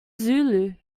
zulu